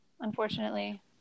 unfortunately